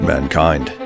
Mankind